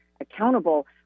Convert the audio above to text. accountable –